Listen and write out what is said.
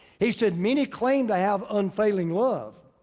he said, many claimed i have unfailing love,